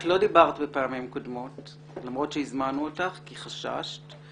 את לא דיברת בפעמים קודמות למרות שהזמנו אותך כי חששת.